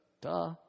Duh